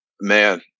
man